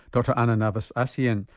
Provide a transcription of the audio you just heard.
dr ana navas-acien.